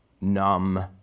numb